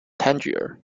tangier